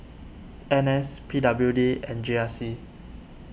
N S P W D and G R C